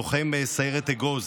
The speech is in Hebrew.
לוחם סיירת אגוז